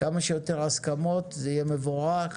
כמה שיותר הסכמות זה יהיה מבורך,